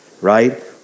right